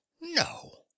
no